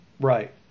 Right